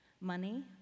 money